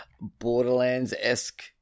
Borderlands-esque